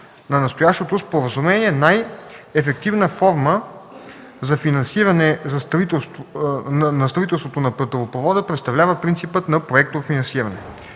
на настоящото споразумение… най-ефективна форма за финансиране на строителството на петролопровода представлява принципът на „проектно финансиране”.